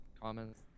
Comments